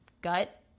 gut